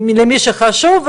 למי שזה חשוב להם,